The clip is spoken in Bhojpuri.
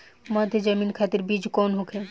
मध्य जमीन खातिर बीज कौन होखे?